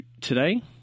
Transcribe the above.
today